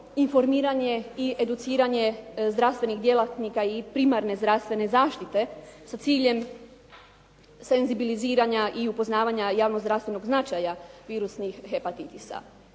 informiranje i educiranje zdravstvenih djelatnika i primarne zdravstvene zaštite sa ciljem senzibiliziranja i upoznavanja javno-zdravstvenog značaja virusnih hepatitisa.